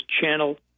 channel